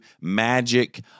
magic